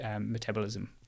metabolism